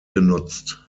genutzt